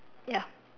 ya